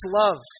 love